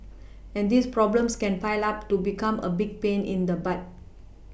and these problems can pile up to become a big pain in the butt